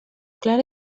clara